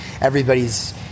Everybody's